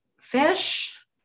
Fish